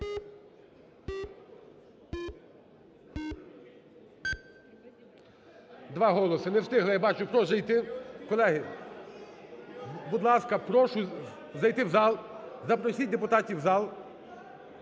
Два голоси, не встигли, я бачу, прошу зайти. Колеги, будь ласка, прошу зайти в зал, запросіть депутатів в зал.